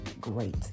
great